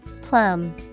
Plum